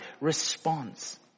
response